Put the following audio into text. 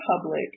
public